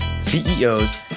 CEOs